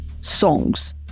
songs